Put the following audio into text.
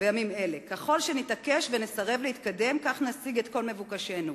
בימים אלה: "ככל שנתעקש ונסרב להתקדם כך נשיג את כל מבוקשנו".